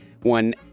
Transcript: one